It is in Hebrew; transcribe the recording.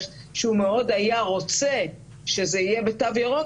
שהוא מאוד היה רוצה שזה יהיה בתו ירוק,